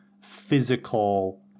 physical